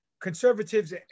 conservatives